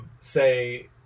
say